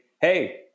hey